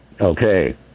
Okay